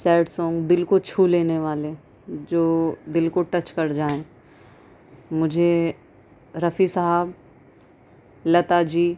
sad song دل کو چھو لینے والے جو دل کو ٹچ کر جائیں مجھے رفیع صاحب لتا جی